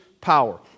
power